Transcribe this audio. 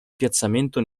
piazzamento